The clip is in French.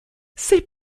ses